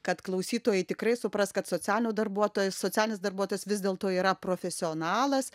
kad klausytojai tikrai supras kad socialinių darbuotojas socialinis darbuotojas vis dėlto yra profesionalas